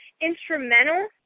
instrumental